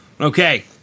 Okay